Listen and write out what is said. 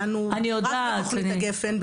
שבו דנו רק בתכנית הגפ"ן,